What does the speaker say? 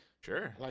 sure